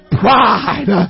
pride